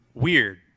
Weird